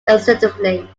extensively